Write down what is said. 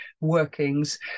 workings